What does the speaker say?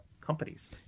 companies